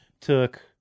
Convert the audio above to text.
took